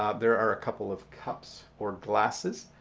um there are a couple of cups or glasses,